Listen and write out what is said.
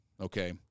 okay